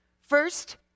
First